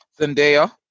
Zendaya